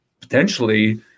potentially